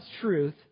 truth